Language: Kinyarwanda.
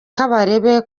kabarebe